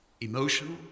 emotional